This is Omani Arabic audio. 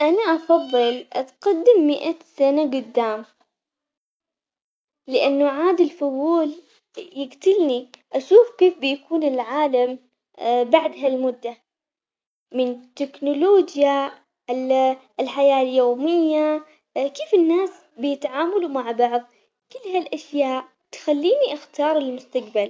أنا أفضل أتقدم مائة سنة قدام لأنه عاد الفضول ي- يقتلني أشوف كيف بيكون العالم بعد هالمدة من تكنولوجيا ال- الحياة اليومية، كيف الناس بيتعاملوا مع بعض؟ كل هالأشياء تخليني أختار المستقبل.